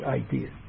idea